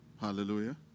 Hallelujah